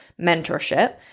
mentorship